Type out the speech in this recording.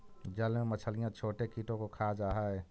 जल में मछलियां छोटे कीटों को खा जा हई